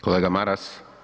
Kolega Maras.